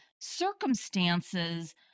circumstances